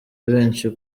benshi